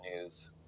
news